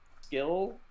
skill